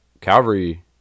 Calvary